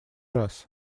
раз